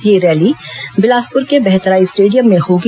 यह रैली बिलासपुर के बहतराई स्टेडियम में होगी